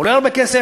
עולה הרבה כסף,